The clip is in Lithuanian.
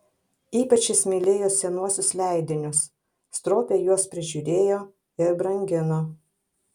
ypač jis mylėjo senuosius leidinius stropiai juos prižiūrėjo ir brangino